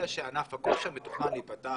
אלא שענף הכושר מתוכנן להיפתח